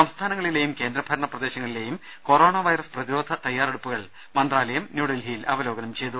സംസ്ഥാനങ്ങളിലെയും കേന്ദ്രഭരണ പ്രദേശങ്ങളിലെയും കൊറോണ വൈറസ് പ്രതിരോധ തയ്യാറെടുപ്പുകൾ മന്ത്രാലയം ന്യൂഡൽഹിയിൽ അവലോകനം ചെയ്തു